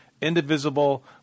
indivisible